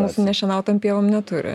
mūsų nešienautom pievom neturi